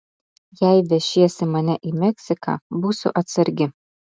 jei vešiesi mane į meksiką būsiu atsargi